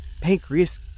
pancreas